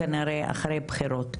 כנראה אחרי בחירות.